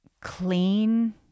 clean